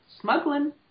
Smuggling